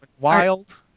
wild